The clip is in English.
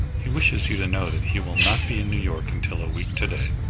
he wishes you to know that he will not be in new york until a week to-day.